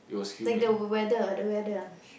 like the weather the weather